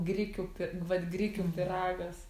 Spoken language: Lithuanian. grikių vat grikių pyragas